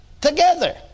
together